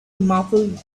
muffled